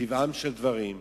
מטבעם של דברים,